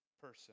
person